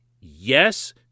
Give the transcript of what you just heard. Yes